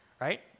Right